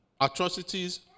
atrocities